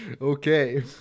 Okay